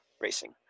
racing